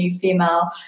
female